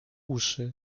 uszy